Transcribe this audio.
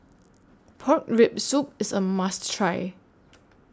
Pork Rib Soup IS A must Try